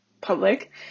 public